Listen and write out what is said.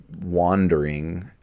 wandering